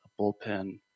bullpen